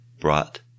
brought